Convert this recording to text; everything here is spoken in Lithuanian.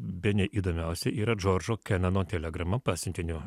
bene įdomiausia yra džordžo keneno telegrama pasiuntinio